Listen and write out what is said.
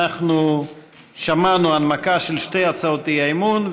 אנחנו שמענו הנמקה של שתי הצעות אי-אמון,